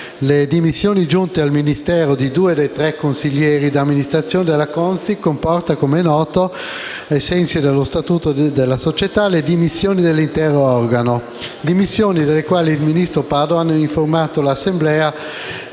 Le dimissioni giunte al Ministero di due dei tre consiglieri d'amministrazione della Consip comporta, come noto, ai sensi dello statuto, le dimissioni dell'intero organo; dimissioni delle quali il ministro Padoan ha informato l'Assemblea